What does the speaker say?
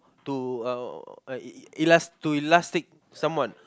to uh uh E E elas~ to elastic someone